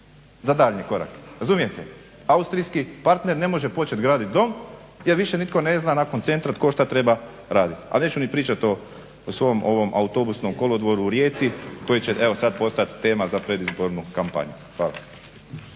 za daljnji korak. Austrijski partner ne može počet gradit dom jer više nitko ne zna nakon centra tko šta treba raditi. A neću ni pričat o svom ovom autobusnom kolodvoru u Rijeci koji će evo sad postat tema za predizbornu kampanju. Hvala.